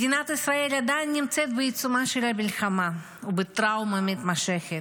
מדינת ישראל עדיין נמצאת בעיצומה של המלחמה ובטראומה מתמשכת.